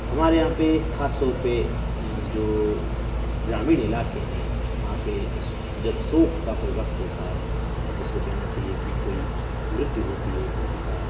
ہمارے یہاں پہ خاص طور پہ جو گرامینڑعلاقے ہیں وہاں پہ جب سوگ کا کوئی وقت ہوتا ہے یا جس کو کہنا چاہیے کہ کوئی مرتیو ہوتی ہے کسی کا